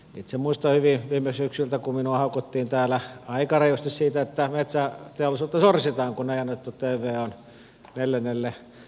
itse muistan hyvin viime syksyltä kun minua haukuttiin täällä aika rajusti siitä et tä metsäteollisuutta sorsitaan kun ei annettu tvon neljännelle voimalalle lupaa